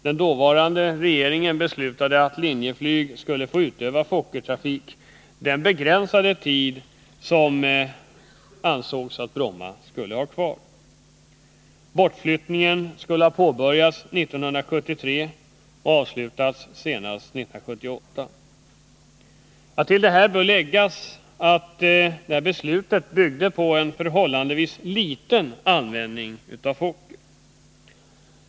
Den dåvarande regeringen beslutade att Linjeflyg skulle få utöva Fokkertrafik den begränsade tid som det ansågs att Bromma skulle vara kvar. Bortflyttningen skulle ha påbörjats 1973 och avslutats senast 1978. Till detta bör läggas att det beslutet byggde på en förhållandevis liten användning av Fokker.